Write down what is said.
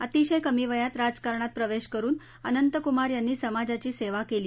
अतिशय कमी वयात राजकारणात प्रवेश करुन अनंतक्मार यांनी समाजाची सेवा केली